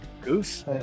Goose